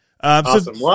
Awesome